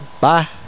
Bye